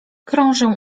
krążę